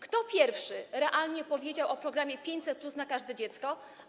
Kto pierwszy realnie powiedział o programie 500+ na każde dziecko?